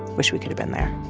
wish we could've been there